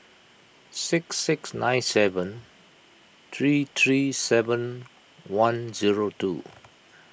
six six nine seven three three seven one zero two